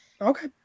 Okay